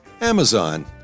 Amazon